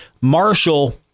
Marshall